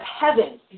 heaven